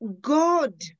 God